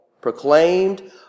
proclaimed